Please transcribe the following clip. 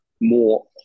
more